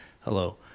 hello